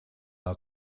are